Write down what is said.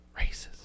Racist